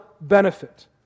benefit